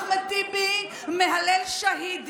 אחמד טיבי תומך טרור, אחמד טיבי מהלל שהידים.